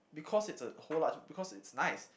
because it's a whole large because it's nice